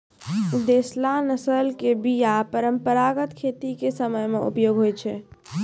देशला नस्ल के बीया परंपरागत खेती के समय मे उपयोग होय छै